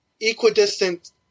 equidistant